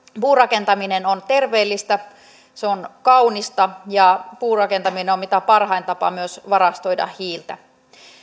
puurakentaminen on terveellistä se on kaunista ja puurakentaminen on mitä parhain tapa myös varastoida hiiltä